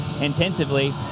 intensively